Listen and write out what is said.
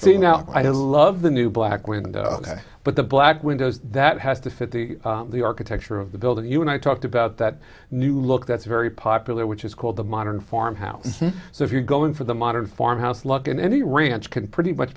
see now i love the new black window ok but the black windows that has to fit the architecture of the building you and i talked about that new look that's very popular which is called the my form house so if you're going for the modern farmhouse lug in any ranch can pretty much